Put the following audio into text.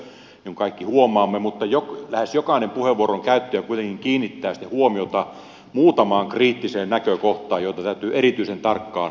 tämä on yksimielinen mietintö minkä kaikki huomaamme mutta lähes jokainen puheenvuoron käyttäjä kuitenkin kiinnittää huomiota muutamaan kriittiseen näkökohtaan joita täytyy erityisen tarkkaan seurata